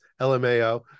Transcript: LMAO